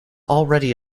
already